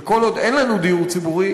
וכל עוד אין לנו דיור ציבורי,